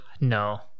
No